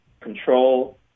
control